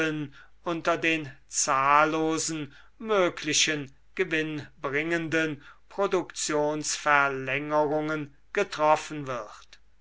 unter den zahllosen möglichen gewinnbringenden produktionsverlängerungen getroffen wird